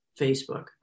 Facebook